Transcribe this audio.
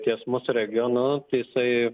ties mūsų regionu tai jisai